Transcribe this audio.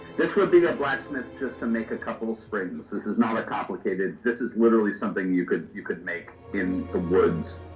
this would be a blacksmith just to make a couple springs. and this this is not a complicated this is literally something you could you could make in the woods.